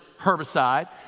herbicide